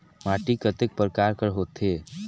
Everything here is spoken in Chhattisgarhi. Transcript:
माटी कतेक परकार कर होथे?